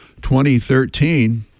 2013